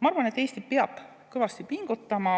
Ma arvan, et Eesti peab kõvasti pingutama